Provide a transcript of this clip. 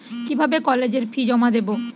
কিভাবে কলেজের ফি জমা দেবো?